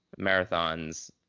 marathons